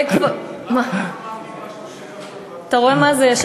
אתה רואה מה זה?